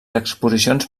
exposicions